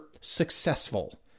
successful